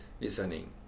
listening